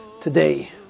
today